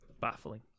baffling